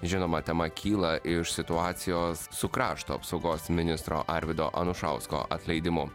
žinoma tema kyla iš situacijos su krašto apsaugos ministro arvydo anušausko atleidimu